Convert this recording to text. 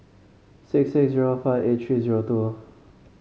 six six zero five eight three zero two